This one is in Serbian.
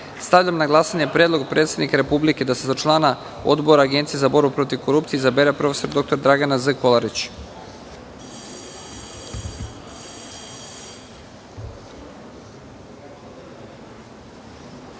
na glasanje Predlog predsednika Republike da se za člana Odbora Agencije za borbu protiv korupcije izabere prof. dr Dragana Z. Kolarić. Molim